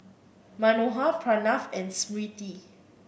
Manohar Pranav and Smriti